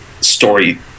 story